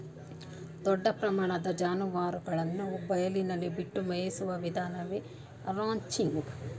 ದೊಡ್ಡ ಪ್ರಮಾಣದ ಜಾನುವಾರುಗಳನ್ನು ಬಯಲಿನಲ್ಲಿ ಬಿಟ್ಟು ಮೇಯಿಸುವ ವಿಧಾನವೇ ರಾಂಚಿಂಗ್